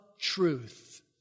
truth